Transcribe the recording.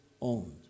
owned